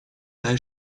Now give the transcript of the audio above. herr